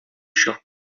shop